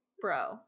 bro